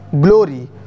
glory